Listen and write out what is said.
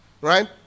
right